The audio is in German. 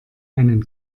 einen